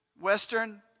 Western